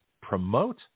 promote